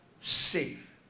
safe